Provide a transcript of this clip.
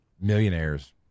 millionaires